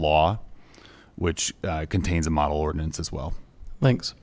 law which contains a model ordinance as well thanks